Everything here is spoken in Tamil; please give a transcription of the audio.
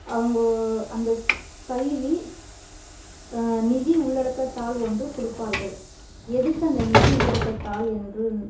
அவங்கோ அந்தஸ் பள்ளியில் நிதி உள்ளடக்கத் தாள் ஒன்று கொடுப்பார்கள் எதுக்கு அந்த நிதி உள்ளடக்கத் தாள் என்று